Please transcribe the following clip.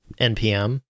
npm